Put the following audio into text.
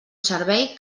servei